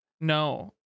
No